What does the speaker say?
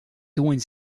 doing